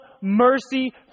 mercy